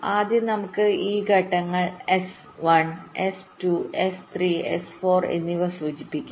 ആദ്യം നമുക്ക് ഈ ഘട്ടങ്ങൾ S1S2S3S41 എന്നിവ സൂചിപ്പിക്കാം